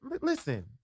listen